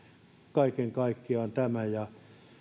kaiken kaikkiaan tämä ja